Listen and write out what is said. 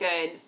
good